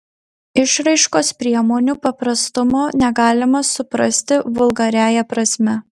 išraiškos priemonių paprastumo negalima suprasti vulgariąja prasme